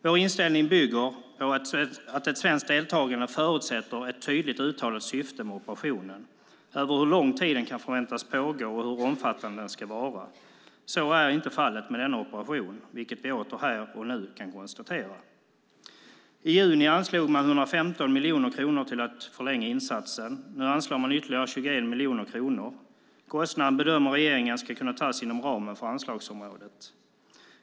Vår inställning bygger på att ett svenskt deltagande förutsätter ett tydligt uttalat syfte med operationen, över hur lång tid den kan förväntas pågå och hur omfattande den ska vara. Så är inte fallet med denna operation, vilket vi åter här och nu kan konstatera. I juni anslog man 115 miljoner kronor till att förlänga insatsen. Nu anslår man ytterligare 21 miljoner kronor. Kostnaden bedömer regeringen ska kunna tas inom ramen för anslagsområdet.